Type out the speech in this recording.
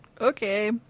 Okay